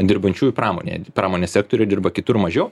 dirbančiųjų pramonėje pramonės sektoriuje dirba kitur mažiau